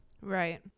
Right